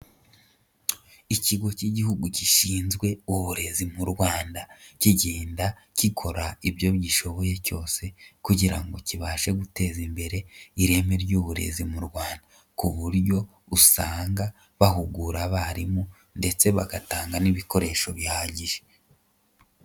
Ikigo cy'Igihugu gishinzwe uburezi mu Rwanda kigenda gikora ibyo gishoboye cyose kugira ngo kibashe guteza imbere ireme ry'uburezi mu Rwanda, ku buryo usanga bahugura abarimu ndetse bagatanga n'ibikoresho bihagije.